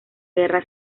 guerra